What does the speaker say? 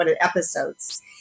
episodes